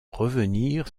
revenir